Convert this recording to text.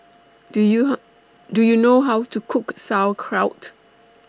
Do YOU How Do YOU know How to Cook Sauerkraut